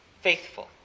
faithful